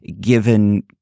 given